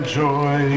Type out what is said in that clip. joy